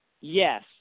yes